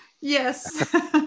yes